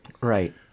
Right